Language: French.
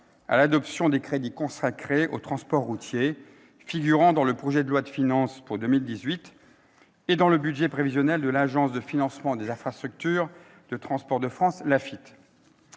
l'adoption des crédits consacrés aux transports routiers figurant dans le projet de loi de finances pour 2018 et dans le budget prévisionnel de l'Agence de financement des infrastructures de transport de France, l'AFITF.